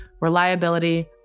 reliability